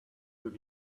took